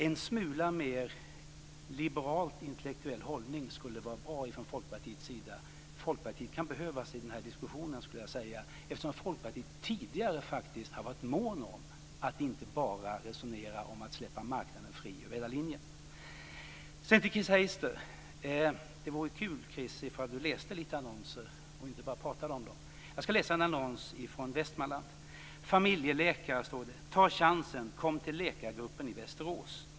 En smula mer liberalt intellektuell hållning skulle vara bra från Folkpartiets sida. Folkpartiet kan behövas i den här diskussionen, skulle jag vilja säga, eftersom Folkpartiet tidigare faktiskt har varit månt om att inte bara resonera om att släppa marknaden fri över hela linjen. Sedan vill jag vända mig till Chris Heister. Det vore kul om Chris Heister läste lite annonser och inte bara pratade om dem. Jag ska läsa en annons från Familjeläkare, står det, ta chansen, kom till läkargruppen i Västerås!